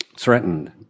threatened